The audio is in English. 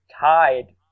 tied